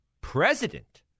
President